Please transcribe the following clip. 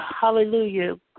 Hallelujah